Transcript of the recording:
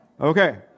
Okay